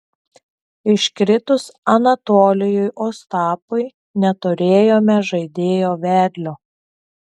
iškritus anatolijui ostapui neturėjome žaidėjo vedlio